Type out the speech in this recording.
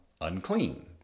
unclean